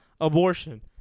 abortion